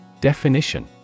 Definition